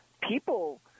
people